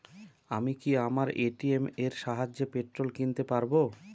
আমি কি আমার এ.টি.এম এর সাহায্যে পেট্রোল কিনতে পারব?